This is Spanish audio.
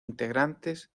integrantes